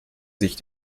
sich